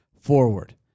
forward